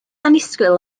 annisgwyl